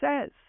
says